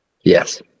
Yes